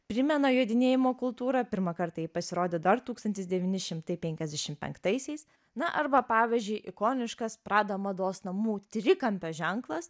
primena jodinėjimo kultūrą pirmą kartą ji pasirodė dar tūkstantis devyni šimtai penkiasdešim penktaisiais na arba pavyzdžiui ikoniškas prada mados namų trikampio ženklas